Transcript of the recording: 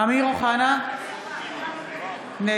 אמיר אוחנה, נגד